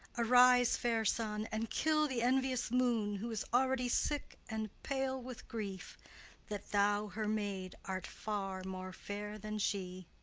arise, fair sun, and kill the envious moon, who is already sick and pale with grief that thou her maid art far more fair than she.